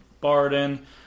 Barden